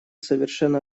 совершено